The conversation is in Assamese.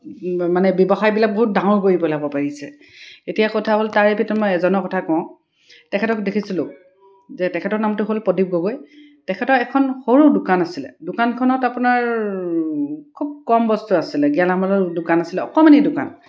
মানে ব্যৱসায়বিলাক বহুত ডাঙৰ কৰিব ল'ব পাৰিছে এতিয়া কথা হ'ল তাৰে ভিতৰত মই এজনৰ কথা কওঁ তেখেতক দেখিছিলোঁ যে তেখেতৰ নামটো হ'ল প্ৰদীপ গগৈ তেখেতৰ এখন সৰু দোকান আছিলে দোকানখনত আপোনাৰ খুব কম বস্তু আছিলে গেলামালৰ দোকান আছিলে অকণমানি দোকান